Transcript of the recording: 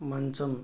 మంచం